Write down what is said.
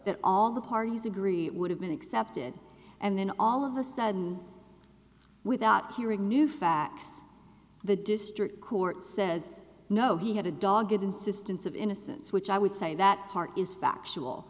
that all the parties agree would have been accepted and then all of a sudden without hearing new facts the district court says no he had a dog it insistence of innocence which i would say that is factual